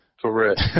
Correct